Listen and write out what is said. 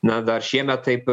na dar šiemet taip